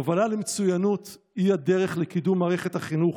הובלה למצוינות היא הדרך לקידום מערכת החינוך.